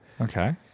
Okay